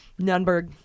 nunberg